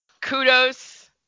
kudos